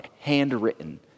handwritten